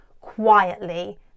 quietly